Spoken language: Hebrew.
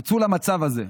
ניצול המצב הזה,